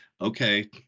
okay